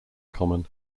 common